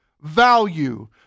value